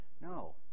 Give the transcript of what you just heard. No